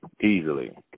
easily